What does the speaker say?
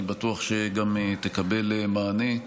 אני בטוח שגם תקבל מענה.